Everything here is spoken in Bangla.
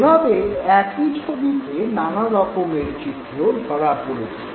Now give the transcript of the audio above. এভাবে একই ছবিতে নানা রকমের চিত্র ধরা পড়ছে